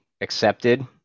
accepted